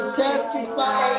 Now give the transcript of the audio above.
testify